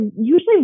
usually